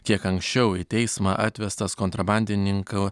kiek anksčiau į teismą atvestas kontrabandininko